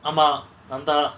ஆமா:aama nanthaa